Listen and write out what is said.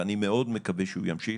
ואני מאוד מקווה שהוא ימשיך,